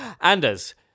Anders